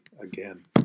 again